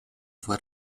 fue